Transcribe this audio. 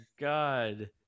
God